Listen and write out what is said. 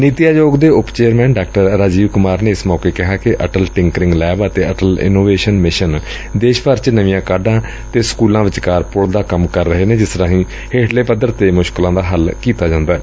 ਨੀਤੀ ਆਯੋਗ ਦੇ ਉਪ ਚੇਅਰਮੈਨ ਡਾ ਰਾਜੀਵ ਕੁਮਾਰ ਨੇ ਏਸ ਮੌਕੇ ਕਿਹਾ ਕਿ ਅਟਲ ਟਿੰਕਰਿੰਗ ਲੈਬ ਅਤੇ ਅਟਲ ਇਨੋਵੇਸ਼ਨ ਮਿਸ਼ਨ ਦੇਸ਼ ਭਰ ਚ ਨਵੀਆਂ ਕਾਢਾਂ ਅਤੇ ਸਕੁਲਾਂ ਵਿਚਕਾਰ ਪੁਲ ਦਾ ਕੰਮ ਕਰ ਰਹੇ ਨੇ ਜਿਸ ਰਾਹੀਂ ਹੇਠਲੇ ਪੱਧਰ ਤੇ ਮੁਸ਼ਕਲਾਂ ਦਾ ਹੱਲ ਕੀਤਾ ਜਾਂਦੈ